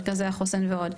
מרכזי החוסן ועוד.